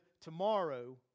tomorrow